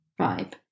vibe